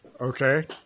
Okay